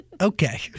Okay